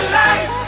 life